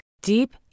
deep